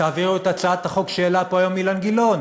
תעבירו את הצעת החוק שהעלה פה אילן גילאון